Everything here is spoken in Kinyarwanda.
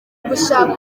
gushaka